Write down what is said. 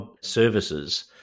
services